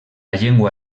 llengua